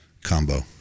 combo